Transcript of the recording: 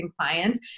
clients